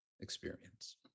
experience